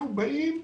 אנחנו באים,